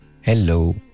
hello